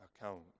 account